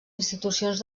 institucions